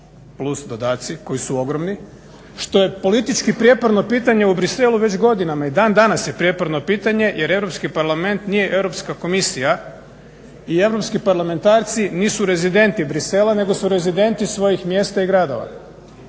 plus dodaci koji su ogromni, što je politički prijepor na pitanja u Bruxellesu već godinama i dan danas je prijeporno pitanje jer Europski parlament nije Europska komisija i europski parlamentarci nisu rezidenti Bruxellesa nego su rezidenti svojih mjesta i gradova.